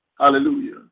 Hallelujah